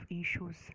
issues